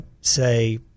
say